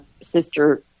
sister